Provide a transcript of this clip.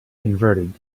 converted